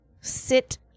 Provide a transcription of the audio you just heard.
sit